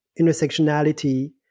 intersectionality